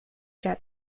jet